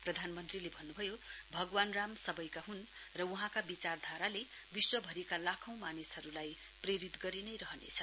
प्रधानमन्त्रीले भन्नुभयो भगवान् राई सबैका हुन र वहाँका विचारधाराले विश्वभरिकै लाखौं मानिसहरूलाई प्रेरित गरिँनै रहनेछ